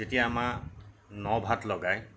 যেতিয়া আমাৰ ন ভাত লগায়